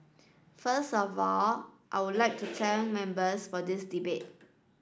first of all I would like to thank members for this debate